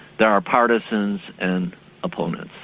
there are partisans and opponents,